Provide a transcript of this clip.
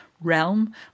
Realm